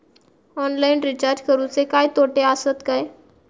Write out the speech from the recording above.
Online recharge करुचे काय तोटे आसत काय?